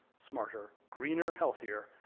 smarter, greener, healthier,